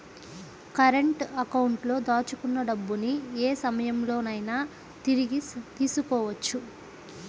current అకౌంట్లో దాచుకున్న డబ్బుని యే సమయంలోనైనా తిరిగి తీసుకోవచ్చు